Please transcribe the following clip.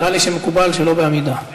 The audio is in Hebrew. נראה לי שמקובל שלא בעמידה.